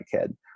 kid